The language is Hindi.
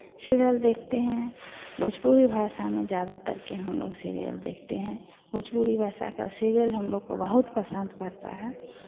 सीरियल देखते हैं भोजपुरी भाषा में ज़्यादातर के हम लोग सीरियल देखते हैं भोजपुरी भाषा का सीरियल हम लोग को बहुत पसंद पड़ता है